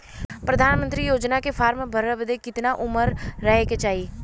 प्रधानमंत्री योजना के फॉर्म भरे बदे कितना उमर रहे के चाही?